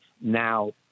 now